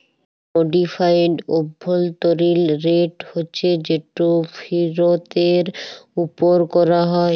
modified অভ্যলতরিল rate হছে যেট ফিরতের উপর ক্যরা হ্যয়